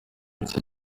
icyo